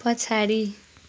पछाडि